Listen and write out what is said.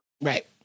right